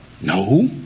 No